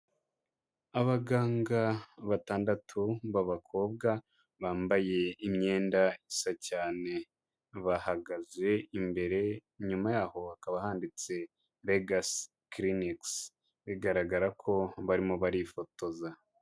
Abaganga batandatu b'ababakobwa, bambaye imyenda isa cyane. Bahagaze imbere, inyuma yaho hakaba handitse Legacy Clinics, bigaragara ko barimo barifotoza.